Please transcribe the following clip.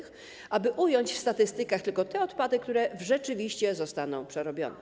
Chodzi o to, aby ująć w statystykach tylko te odpady, które rzeczywiście zostaną przerobione.